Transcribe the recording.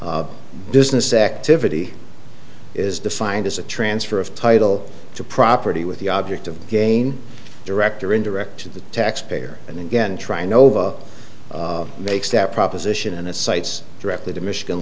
business activity is defined as a transfer of title to property with the object of the gain direct or indirect to the taxpayer and again trying over makes that proposition and its sights directly to michigan